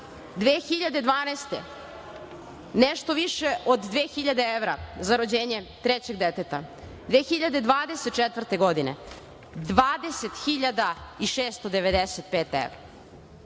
2012. nešto više od 2.000 evra za rođenje trećeg deteta, 2024. godine 20.695 evra.